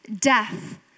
death